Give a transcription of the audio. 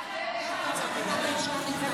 שנמצא כאן.